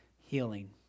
healing